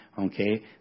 Okay